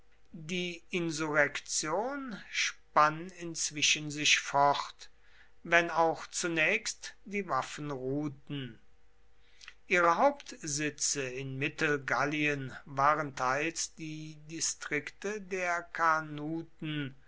die insurrektion spann inzwischen sich fort wenn auch zunächst die waffen ruhten ihre hauptsitze in mittelgallien waren teils die distrikte der carnuten